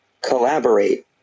collaborate